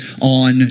on